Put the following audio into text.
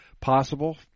possible